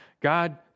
God